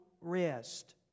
rest